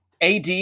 AD